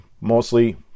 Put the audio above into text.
mostly